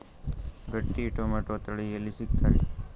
ಗಟ್ಟಿ ಟೊಮೇಟೊ ತಳಿ ಎಲ್ಲಿ ಸಿಗ್ತರಿ?